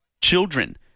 Children